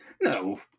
No